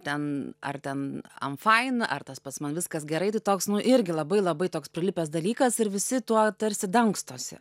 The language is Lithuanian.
ten ar ten amfain ar tas pats man viskas gerai tai toks nu irgi labai labai toks prilipęs dalykas ir visi tuo tarsi dangstosi